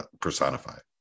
personified